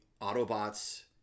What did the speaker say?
Autobots